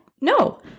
No